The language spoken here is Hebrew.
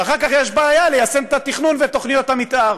ואחר כך יש בעיה ליישם את התכנון ואת תוכניות המתאר.